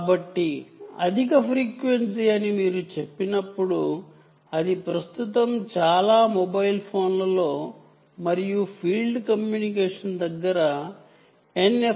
కాబట్టి high frequency అని మీరు చెప్పినప్పుడు ఇది ప్రస్తుతం చాలా మొబైల్ ఫోన్లలో మరియు నియర్ ఫీల్డ్ కమ్యూనికేషన్ ఎన్